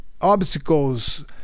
obstacles